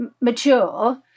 mature